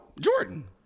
Jordan